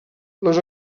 les